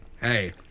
Hey